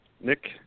Nick